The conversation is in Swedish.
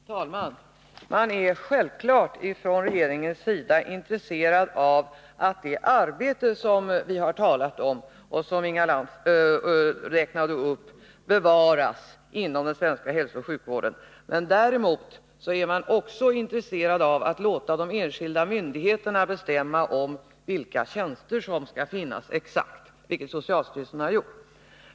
Herr talman! Man är självklart från regeringens sida intresserad av att arbetet med de frågor Inga Lantz räknade upp bevaras inom den svenska hälsooch sjukvården. Men man är också intresserad av att låta de enskilda myndigheterna bestämma exakt vilka tjänster som skall finnas, vilket socialstyrelsen har gjort.